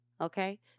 Okay